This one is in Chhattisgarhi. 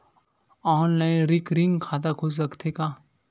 ऑनलाइन रिकरिंग खाता खुल सकथे का?